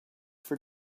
for